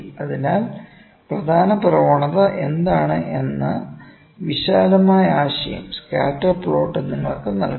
അതിനാൽ പ്രധാന പ്രവണത എന്താണ് എന്ന വിശാലമായ ആശയം സ്കാറ്റർ പ്ലോട്ട് നിങ്ങൾക്ക് നൽകുന്നു